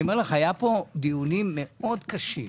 היו פה דיונים מאוד קשים.